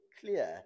clear